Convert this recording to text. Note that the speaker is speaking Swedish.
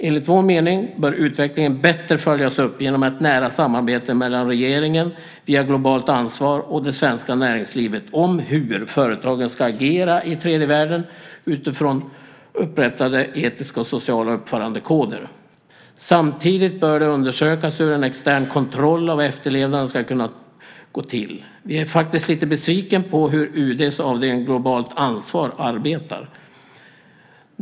Enligt vår mening bör utvecklingen bättre följas upp genom ett nära samarbete mellan regeringen via Globalt ansvar och det svenska näringslivet om hur företagen ska agera i tredje världen utifrån upprättade etiska och sociala uppförandekoder. Samtidigt bör det undersökas hur en extern kontroll av efterlevnaden ska kunna gå till. Vi är faktiskt lite besvikna på hur UD:s avdelning Globalt ansvar arbetar.